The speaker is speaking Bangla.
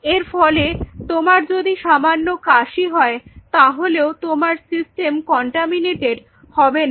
এর ফলে তোমার যদি সামান্য কাশি হয় তাহলেও তোমার সিস্টেম কন্টামিনাটেড হবে না